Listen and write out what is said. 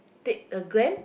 take a gram